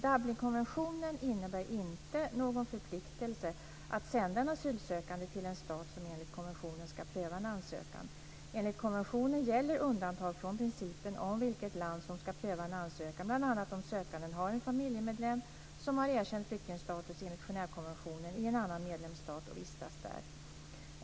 Dublinkonventionen innebär inte någon förpliktelse att sända en asylsökande till en stat som enligt konventionen ska pröva en ansökan. Enligt konventionen gäller undantag från principen om vilket land som ska pröva en ansökan bl.a. om sökanden har en familjemedlem som har erkänd flyktingstatus enligt Genèvekonventionen i en annan medlemsstat och vistas där.